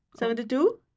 72